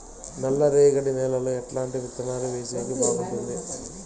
నల్లరేగడి నేలలో ఎట్లాంటి విత్తనాలు వేసేకి బాగుంటుంది?